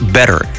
better